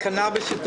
הישיבה ננעלה בשעה